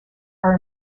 are